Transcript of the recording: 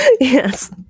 yes